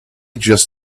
just